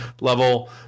level